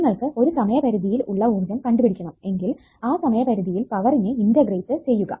നിങ്ങൾക്ക് ഒരു സമയപരിധിയിൽ ഉള്ള ഊർജ്ജം കണ്ടുപിടിക്കണം എങ്കിൽ ആ സമയപരിധിയിൽ പവറിനെ ഇന്റഗ്രേറ്റ് ചെയ്യുക